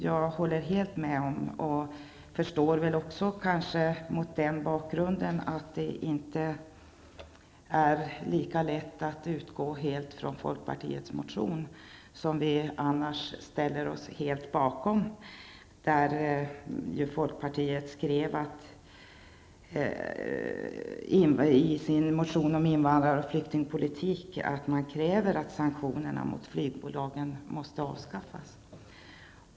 Jag håller med om och förstår mot den bakgrunden att det är inte lika lätt att helt utgå från folkpartiets motion. Vi i vänsterpartiet ställer oss helt bakom den motionen. Folkpartiet krävde i motionen om invandrings och flyktingpolitik att sanktionerna mot flygbolagen måste avskaffas.